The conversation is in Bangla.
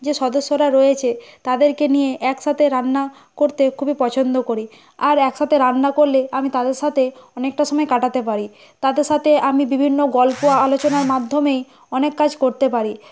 যে সদস্যরা রয়েছে তাদেরকে নিয়ে একসাথে রান্না করতে খুবই পছন্দ করি আর একসাথে রান্না করলে আমি তাদের সাথে অনেকটা সময় কাটাতে পারি তাদের সাথে আমি বিভিন্ন গল্প আলোচনার মাধ্যমেই অনেক কাজ করতে পারি